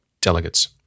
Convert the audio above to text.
delegates